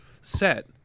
set